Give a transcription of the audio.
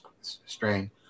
strain